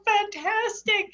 fantastic